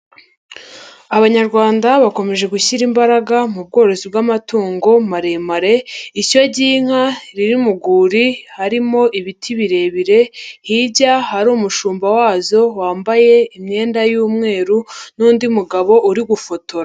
Abanyarwanda bakomeje gushyira imbaraga mu bworozi bw'amatungo maremare, ishyo ry'inka riri mu rwuri harimo ibiti birebire, hirya hari umushumba wazo wambaye imyenda y'umweru n'undi mugabo uri gufotora.